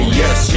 yes